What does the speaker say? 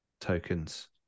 tokens